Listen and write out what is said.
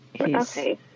Okay